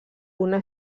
una